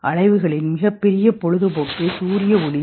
அலைவுகளின் மிகப்பெரிய பொழுதுபோக்கு சூரிய ஒளி